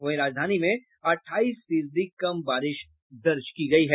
वहीं राजधानी में अठाईस फीसदी कम बारिश दर्ज की गयी है